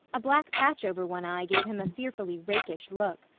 a black patch over one eye gave him a fearfully rakish look.